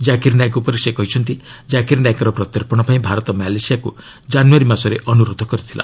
ଜାକିର୍ ନାୟକ ଉପରେ ସେ କହିଛନ୍ତି ଜାକିର୍ ନାୟକର ପ୍ରତ୍ୟର୍ପଣ ପାଇଁ ଭାରତ ମାଲେସିଆକୁ ଜାନୁଆରୀ ମାସରେ ଅନୁରୋଧ କରିଥିଲା